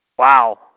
Wow